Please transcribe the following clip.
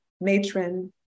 matron